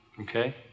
okay